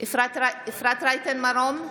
אפרת רייטן מרום,